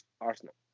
Arsenal